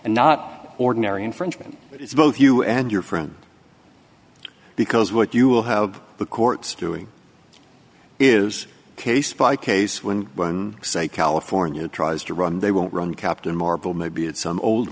and not ordinary infringement but it's both you and your friend because what you will have the courts doing is case by case when say california tries to run they won't run captain marvel maybe it's an old